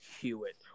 Hewitt